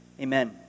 Amen